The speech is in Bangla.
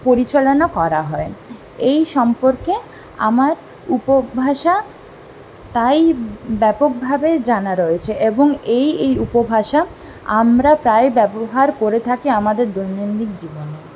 পরিচলনও করা হয় এই সম্পর্কে আমার উপভাষা তাই ব্যাপকভাবে জানা রয়েছে এবং এই এই উপভাষা আমরা প্রায় ব্যবহার করে থাকি আমাদের দৈনন্দিন জীবনে